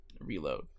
reload